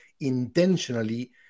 intentionally